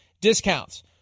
discounts